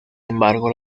embargo